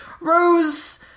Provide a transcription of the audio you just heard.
Rose